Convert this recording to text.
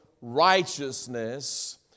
righteousness